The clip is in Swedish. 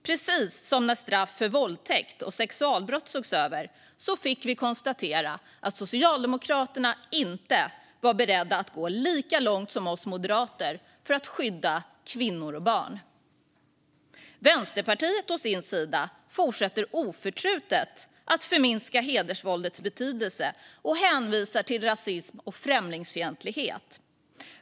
Precis som när straff för våldtäkt och sexualbrott sågs över fick vi konstatera att Socialdemokraterna inte var beredda att gå lika långt som vi moderater för att skydda kvinnor och barn. Vänsterpartiet å sin sida fortsätter oförtrutet att förminska hedersvåldets betydelse och hänvisar till rasism och främlingsfientlighet.